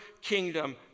kingdom